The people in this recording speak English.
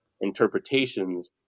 interpretations